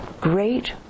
great